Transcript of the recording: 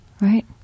right